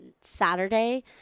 Saturday